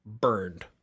burned